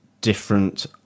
different